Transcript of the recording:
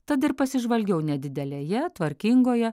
tad ir pasižvalgiau nedidelėje tvarkingoje